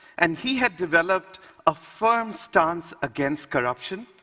and he had developed a firm stance against corruption,